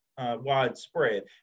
Widespread